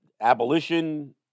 abolition